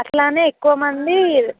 అట్లా అని ఎక్కువ మంది